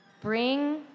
Bring